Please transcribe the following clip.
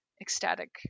ecstatic